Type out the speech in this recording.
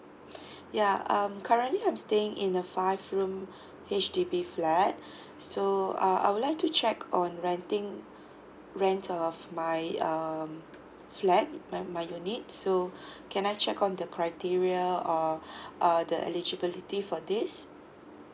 ya um currently I'm staying in a five room H_D_B flat so uh I would like to check on renting rent of my um flat my my unit so can I check on the criteria or err the eligibility for this